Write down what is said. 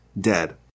dead